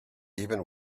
even